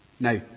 Now